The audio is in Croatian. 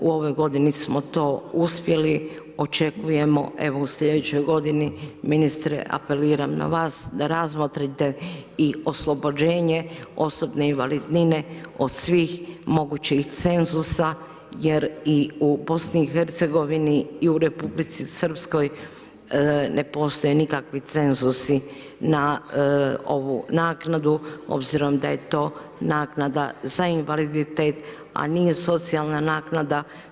U ovoj godini smo to uspjeli, očekujemo, evo, u slijedećoj godini, ministre apeliram na vas, da razmotrite i oslobođenje osobne invalidnine od svih mogućih cenzusa jer i u BiH, i u Republici Srpskoj ne postoje nikakvi cenzusi na ovu naknadu obzirom da je to naknada za invaliditet, a nije socijalna naknada.